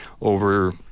over